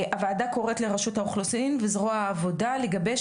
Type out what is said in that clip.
הוועדה קוראת לרשות האוכלוסין וזרוע העבודה לגבש